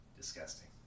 Disgusting